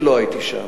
אני לא הייתי שם.